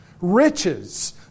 Riches